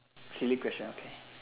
silly question okay